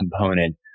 component